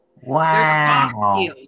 Wow